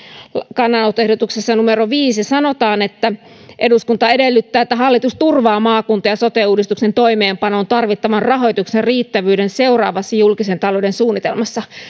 kannanottoehdotuksessa numero viiteen sanotaan eduskunta edellyttää että hallitus turvaa maakunta ja sote uudistuksen toimeenpanoon tarvittavan rahoituksen riittävyyden seuraavassa julkisen talouden suunnitelmassa